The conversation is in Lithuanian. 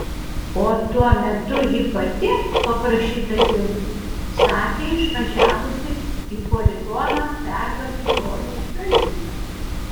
o tuo metu ji pati paprašyta tėvų sakė išvažiavusi į poligoną perduoti broliui siuntinio